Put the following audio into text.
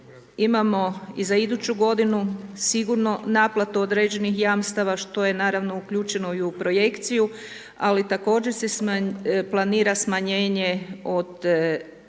imamo i za iduću godinu sigurno naplatu određenih jamstava što je naravno uključeno i u projekciju, ali također se planira smanjenje od